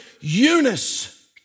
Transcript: Eunice